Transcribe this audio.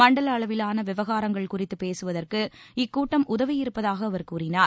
மண்டல அளவிலான விவகாரங்கள் குறித்து பேசுவதற்கு இக்கூட்டம் உதவியிருப்பதாக அவர் கூறினார்